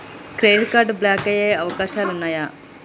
Credit card block అయ్యే అవకాశాలు ఉన్నయా?